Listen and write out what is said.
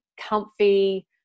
comfy